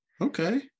Okay